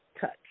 touch